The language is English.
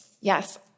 Yes